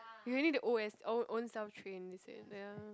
you really to old as own own self train they said ya